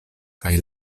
kaj